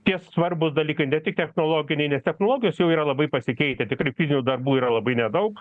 tie svarbūs dalykai ne tik technologiniai nes technologijos jau yra labai pasikeitę tikrai fizinių darbų yra labai nedaug